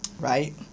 Right